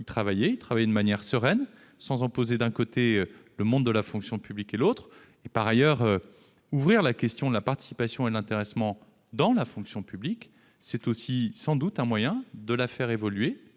travailler à y remédier, de manière sereine, sans opposer le monde de la fonction publique et celui du salariat. Enfin, ouvrir la question de la participation et de l'intéressement dans la fonction publique est aussi, sans doute, un moyen de la faire évoluer,